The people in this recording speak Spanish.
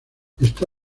está